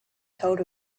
told